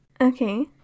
Okay